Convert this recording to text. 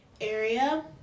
area